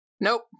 Nope